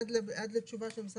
עד לתשובה של משרד התקשורת?